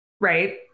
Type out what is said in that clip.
Right